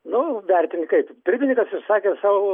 nu vertint kaip pirmininkas išsakė savo